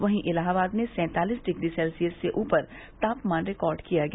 वहीं इलाहाबाद और झांसी में सैंतालिस डिग्री सेल्सियस से ऊपर तापमान रिकार्ड किया गया